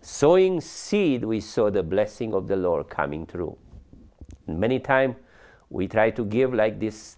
sowing seed we saw the blessing of the lord coming through many times we try to give like this